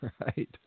right